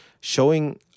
showing